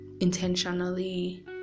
intentionally